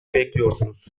bekliyorsunuz